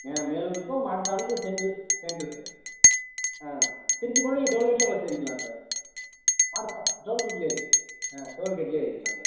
மே மேலூர்க்கும் மாட்டுத்தாவணிக்கும் centre centre sir ஆ திருச்சி போகணுன்னா நீங்கள் டோல் கேட்லயே பஸ் ஏறிக்கலாம் சார் மாட்டுத்தா டோல் கேட்லையே ஏறி ஆ டோல் கேட்லையே ஏறிக்கலாம் சார்